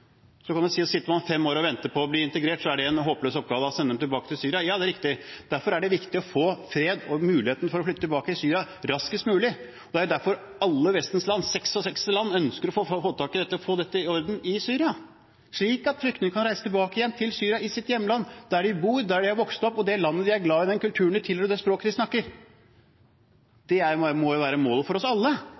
Så kan man si at sitter man fem år og venter på å bli integrert, er det en håpløs oppgave å sende dem tilbake til Syria. Ja, det er riktig. Derfor er det viktig å få fred og mulighet for å flytte tilbake til Syria raskest mulig. Det er jo derfor alle Vestens land – 66 land – ønsker å ta tak i dette og få ting i orden i Syria, slik at flyktninger kan reise tilbake igjen til Syria, til sitt hjemland, der de bor, der de har vokst opp, og til det landet de er glad i, den kulturen de tilhører, og det språket de snakker. Det må jo være målet for oss alle,